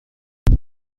کسی